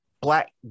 black